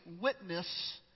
witness